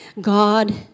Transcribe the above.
God